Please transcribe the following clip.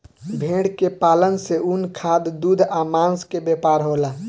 भेड़ के पालन से ऊन, खाद, दूध आ मांस के व्यापार होला